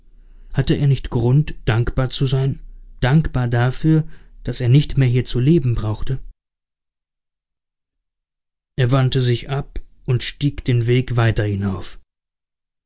hatte er nicht grund dankbar zu sein dankbar dafür daß er nicht mehr hier zu leben brauchte er wandte sich ab und stieg den weg weiter hinauf